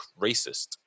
Racist